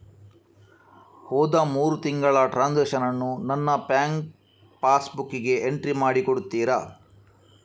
ಹೋದ ಮೂರು ತಿಂಗಳ ಟ್ರಾನ್ಸಾಕ್ಷನನ್ನು ನನ್ನ ಬ್ಯಾಂಕ್ ಪಾಸ್ ಬುಕ್ಕಿಗೆ ಎಂಟ್ರಿ ಮಾಡಿ ಕೊಡುತ್ತೀರಾ?